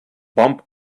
bump